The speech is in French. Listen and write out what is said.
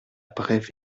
brève